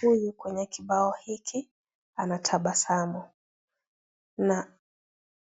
Huyu kwenye ubao hiki anatabasamu na